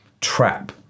trap